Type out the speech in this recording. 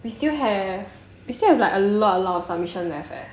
we still have we still have a lot of a lot of submission left eh